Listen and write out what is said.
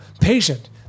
patient